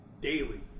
daily